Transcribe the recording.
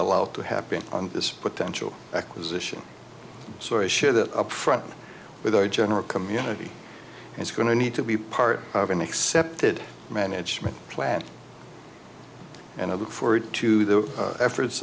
allowed to happen on this potential acquisition so i share that up front with our general community it's going to need to be part of an accepted management plan and a look forward to the efforts